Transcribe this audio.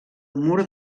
mur